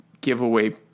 giveaway